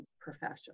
profession